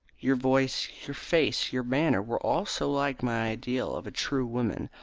your voice, your face, your manner, were all so like my ideal of a true woman,